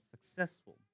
successful